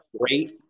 great